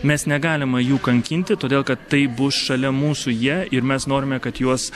nes negalima jų kankinti todėl kad tai bus šalia mūsų jie ir mes norime kad juos